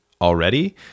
already